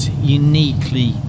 uniquely